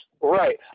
Right